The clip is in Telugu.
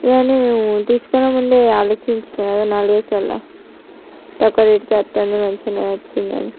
ఇవన్నీ తీసుకునే ముందు ఆలోచించిన కదా నాలుగైదు సార్లు తక్కువ రేట్కు వస్తుంది మంచిగా వచ్చిందని